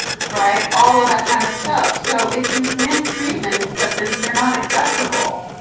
right. all of that kind of stuff. so if you mean treatments, but there's and they're not accessible,